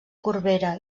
corbera